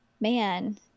Man